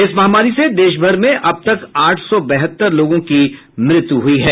इस महामारी से देशभर में अब तक आठ सौ बहत्तर लोगों की मृत्यु हुई है